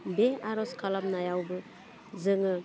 बे आर'ज खालामनायावबो जोङो